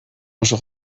oso